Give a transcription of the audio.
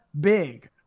big